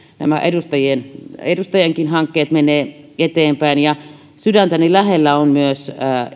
nämä edustajienkin hankkeet menevät eteenpäin sydäntäni lähellä ovat myös